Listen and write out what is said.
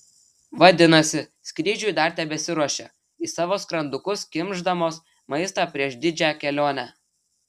vadinasi skrydžiui dar tebesiruošia į savo skrandukus kimšdamos maistą prieš didžią kelionę